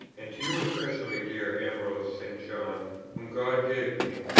and to you especially, dear ambrose st. john whom god gave me,